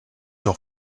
your